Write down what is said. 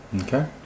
Okay